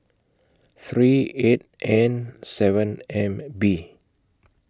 three eight N seven M B